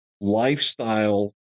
lifestyle